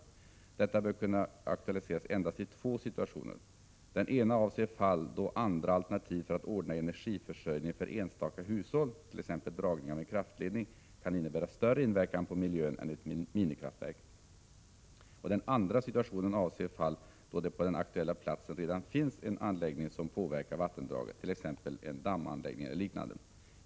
Detta bör kunna aktualiseras endast i två situationer. Den ena avser fall då andra alternativ för att ordna energiförsörjningen för enstaka hushåll, t.ex. dragning av en kraftledning, kan innebära större inverkan på miljön än ett minikraftverk. Den andra situationen avser fall då det på den aktuella platsen redan finns en anläggning som påverkar vattendraget, t.ex. en dammanläggning eller liknande.